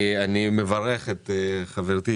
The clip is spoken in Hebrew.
אני מברך את חברתי,